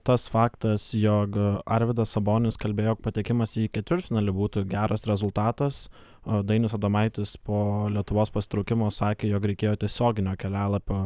tas faktas jog arvydas sabonis kalbėjo patekimas į ketvirtfinalį būtų geras rezultatas o dainius adomaitis po lietuvos pasitraukimo sakė jog reikėjo tiesioginio kelialapio